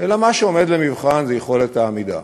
אלא מה שעומד למבחן זה יכולת העמידה.